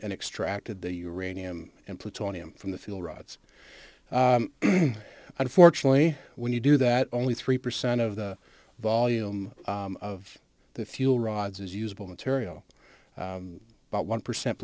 and extracted the arraigning him and plutonium from the fuel rods unfortunately when you do that only three percent of the volume of the fuel rods is usable material about one percent